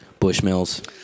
Bushmills